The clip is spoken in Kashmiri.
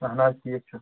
اہن حظ ٹھیٖک چھُ